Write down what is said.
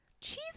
cheese